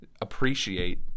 Appreciate